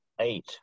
eight